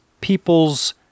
people's